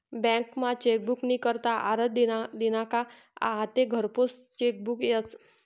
बँकमा चेकबुक नी करता आरजं दिना का आते घरपोच चेकबुक यस